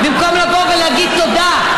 במקום לבוא ולהגיד תודה,